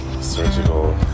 surgical